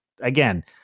again